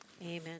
amen